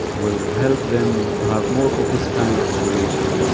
will help them to have more of this kind of relation.